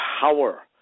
power